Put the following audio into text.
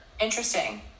Interesting